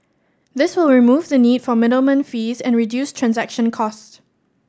this will remove the need for middleman fees and reduce transaction cost